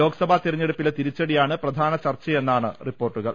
ലോക്സഭാ തെരഞ്ഞെടുപ്പിലെ തിരിച്ചടിയാണ് പ്രധാന ചർച്ചയെന്നാണ് റിപ്പോർട്ടുകൾ